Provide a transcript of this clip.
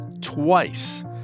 twice